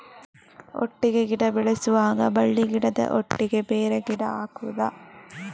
ಒಟ್ಟಿಗೆ ಗಿಡ ಬೆಳೆಸುವಾಗ ಬಳ್ಳಿ ಗಿಡದ ಒಟ್ಟಿಗೆ ಬೇರೆ ಗಿಡ ಹಾಕುದ?